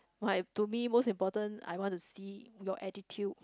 my to me most important I want to see your attitude